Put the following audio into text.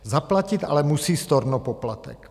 Zaplatit ale musí stornopoplatek.